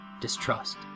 distrust